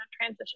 transition